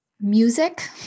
music